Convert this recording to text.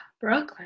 Brooklyn